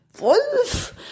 Wolf